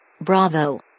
Bravo